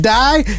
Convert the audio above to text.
die